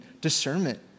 discernment